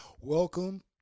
Welcome